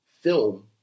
film